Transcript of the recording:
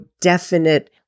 definite